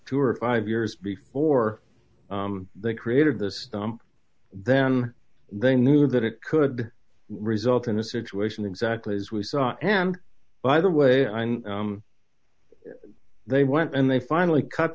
two or five years before they created the stump then they knew that it could result in a situation exactly as we saw and by the way i they went and they finally cut